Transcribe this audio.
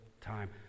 time